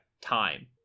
time